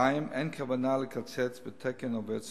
2. אין כוונה לקצץ בתקן עובד סוציאלי.